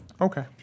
Okay